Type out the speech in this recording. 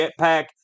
Jetpack